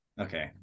okay